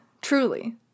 truly